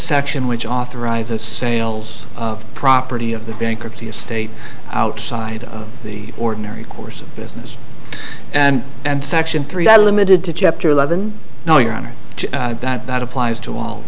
section which authorizes sales of property of the bankruptcy estate outside of the ordinary course of business and and section three are limited to chapter eleven no your honor that applies to